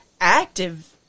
active